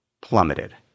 plummeted